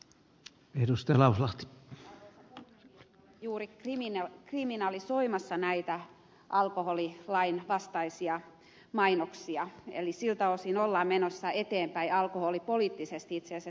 tässä ollaan juuri kriminalisoimassa näitä alkoholilain vastaisia mainoksia eli siltä osin ollaan menossa eteenpäin alkoholipoliittisesti itse asiassa selkeä askel